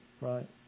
right